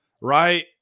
right